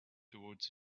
toward